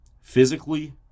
physically